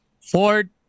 Ford